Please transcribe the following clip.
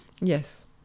Yes